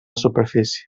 superfície